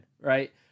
right